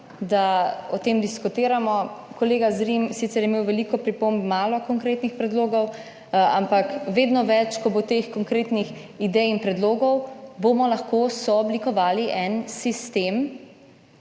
da o tem diskutiramo. Kolega Zrim, sicer je imel veliko pripomb, malo konkretnih predlogov, ampak vedno več, ko bo teh konkretnih idej in predlogov bomo lahko sooblikovali en sistem,